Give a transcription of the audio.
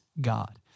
God